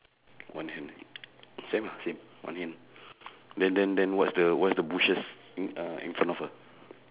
one hand same lah same one hand then then then what's the what's the bushes in uh in front of her